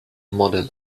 model